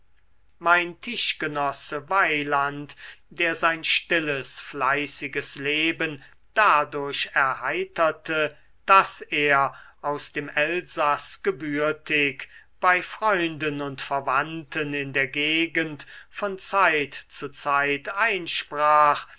mein tischgenosse weyland der sein stilles fleißiges leben dadurch erheiterte daß er aus dem elsaß gebürtig bei freunden und verwandten in der gegend von zeit zu zeit einsprach